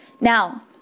Now